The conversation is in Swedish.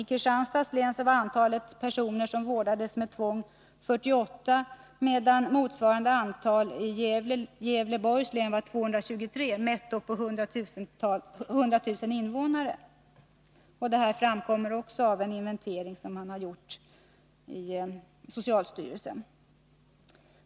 I Kristianstads län var antalet personer som vårdades med tvång 48 per 100 000 invånare, medan motsvarande antal i Gävleborgs län var 223. Detta framgår av en inventering som har gjorts av socialstyrelsen.